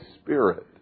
spirit